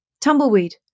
tumbleweed